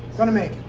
gonna make